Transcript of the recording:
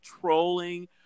trolling